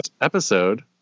episode